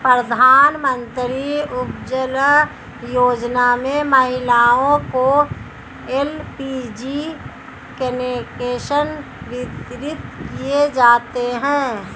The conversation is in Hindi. प्रधानमंत्री उज्ज्वला योजना में महिलाओं को एल.पी.जी कनेक्शन वितरित किये जाते है